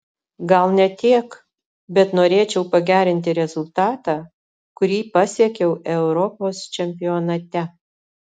gal ne tiek bet norėčiau pagerinti rezultatą kurį pasiekiau europos čempionate